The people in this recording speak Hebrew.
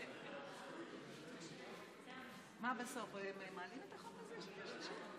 המסדרת לצורך קביעת הוועדה שתדון בה,